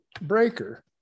breaker